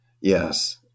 Yes